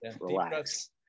relax